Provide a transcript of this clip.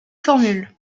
formule